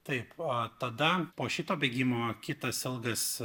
taip a tada po šito bėgimo kitas ilgas